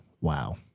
wow